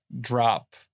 drop